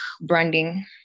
branding